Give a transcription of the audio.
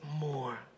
more